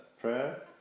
prayer